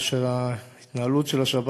או של ההתנהלות של השבת,